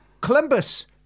Columbus